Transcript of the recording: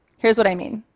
here's what i mean.